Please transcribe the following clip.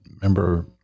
remember